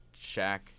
Shaq